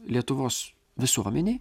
lietuvos visuomenei